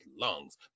lungs